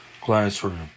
Classroom